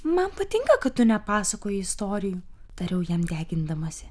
man patinka kad tu nepasakoji istorijų tariau jam degindamasi